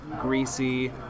greasy